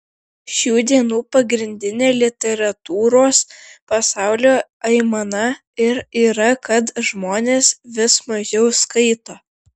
šių dienų pagrindinė literatūros pasaulio aimana ir yra kad žmonės vis mažiau skaito